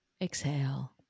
exhale